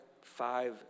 five